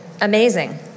Amazing